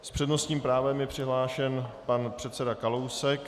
S přednostním právem je přihlášen pan předseda Kalousek.